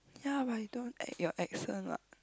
ya but you don't act your accent what